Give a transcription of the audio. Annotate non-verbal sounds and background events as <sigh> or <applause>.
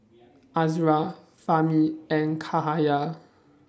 <noise> Azura Fahmi and Cahaya